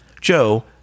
Joe